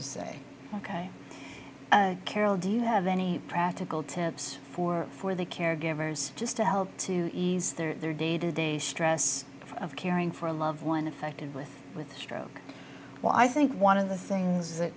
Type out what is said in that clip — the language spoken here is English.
to say ok carol do you have any practical tips for for the caregivers just to help to ease their day to day stress of caring for a loved one affected with with stroke well i think one of the things that